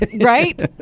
Right